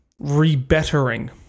Rebettering